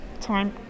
time